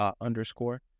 underscore